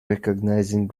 recognizing